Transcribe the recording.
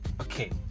okay